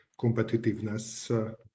competitiveness